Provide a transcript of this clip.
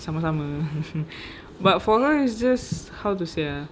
sama-sama but for her it's just how to say ah